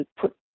put